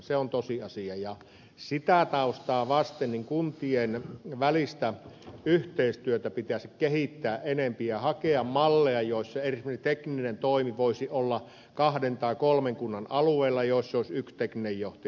se on tosiasia ja sitä taustaa vasten kuntien välistä yhteistyötä pitäisi kehittää enempi ja hakea malleja joissa esimerkiksi tekninen toimi voisi olla kahden tai kolmen kunnan alueella jolloin olisi yksi tekninen johtaja